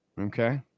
Okay